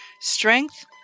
Strength